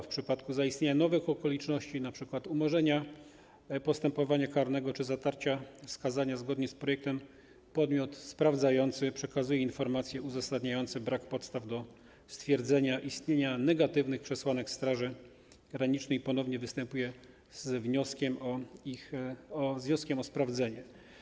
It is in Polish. W przypadku zaistnienia nowych okoliczności, np. umorzenia postępowania karnego czy zatarcia skazania, zgodnie z projektem podmiot sprawdzający przekazuje informacje uzasadniające brak podstaw do stwierdzenia istnienia negatywnych przesłanek Straży Granicznej i ponownie występuje z wnioskiem o sprawdzenie.